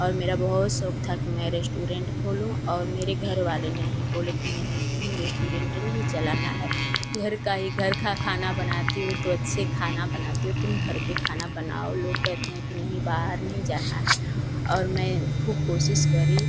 और मेरा बहोत शौक था कि मैं रेश्टोरेंट खोलूँ और मेरे घर वाले नही बोले कि नही तुम्हें रेश्टोरेंट नही चलाना है घर का ही घर का खाना बनाती हो तो अच्छे खाना बनाती हो तुम घर पर खाना बनाओ लोग कहते हैं कि नही बाहर नहीं जाना है और मैं खूब कोशिश करी